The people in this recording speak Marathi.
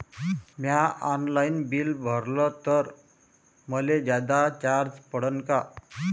म्या ऑनलाईन बिल भरलं तर मले जादा चार्ज पडन का?